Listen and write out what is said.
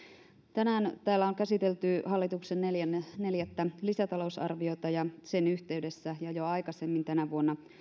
tänään täällä on käsitelty hallituksen neljättä lisätalousarviota ja sen yhteydessä ja jo aikaisemmin tänä vuonna